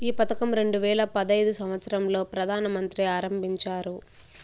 ఈ పథకం రెండు వేల పడైదు సంవచ్చరం లో ప్రధాన మంత్రి ఆరంభించారు